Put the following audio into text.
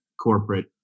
corporate